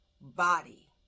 body